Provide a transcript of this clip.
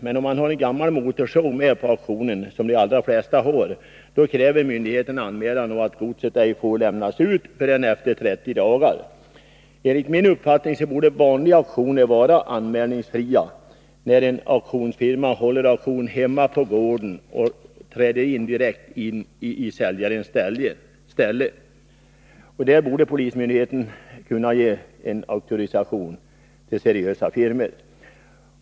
Men om han har en gammal motorsåg med på auktionen — som de allra flesta har — kräver myndigheterna anmälan och att godset ej får lämnas ut förrän efter 30 dagar. Enligt min uppfattning borde vanliga auktioner vara anmälningsfria, när en firma håller auktion hemma på gården och direkt träder i säljarens ställe. Där borde polismyndigheten kunna ge auktorisation till seriösa firmor.